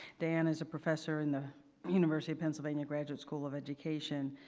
dan is a professor in the university of pennsylvania graduate school of education,